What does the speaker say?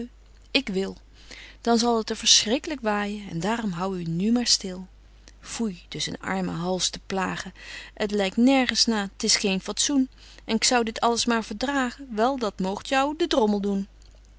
ik wil dan zal het er verschriklyk waaijen en daarom hou u nu maar stil betje wolff en aagje deken historie van mejuffrouw sara burgerhart foei dus een armen hals te plagen t lykt nergens na t is geen fatsoen en k zou dit alles maar verdragen wel dat mogt jou de drommel doen